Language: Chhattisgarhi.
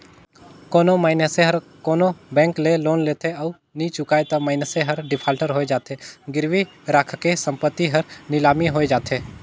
कोनो मइनसे हर कोनो बेंक ले लोन लेथे अउ नी चुकाय ता मइनसे हर डिफाल्टर होए जाथे, गिरवी रराखे संपत्ति हर लिलामी होए जाथे